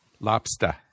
Lobster